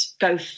go –